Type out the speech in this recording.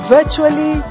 Virtually